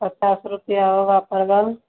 पचास रुपया होगा परवल